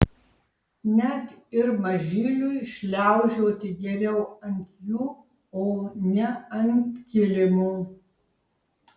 net ir mažyliui šliaužioti geriau ant jų o ne ant kilimo